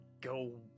go